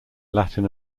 latin